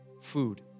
Food